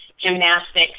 gymnastics